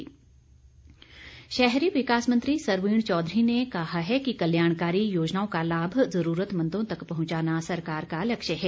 सरवीण चौधरी शहरी विकास मंत्री सरवीण चौधरी ने कहा है कि कल्याणकारी योजनाओं का लाभ जरूरतमंदों तक पहुंचाना सरकार का लक्ष्य है